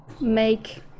make